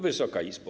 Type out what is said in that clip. Wysoka Izbo!